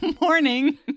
morning